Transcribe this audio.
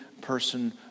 person